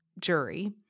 jury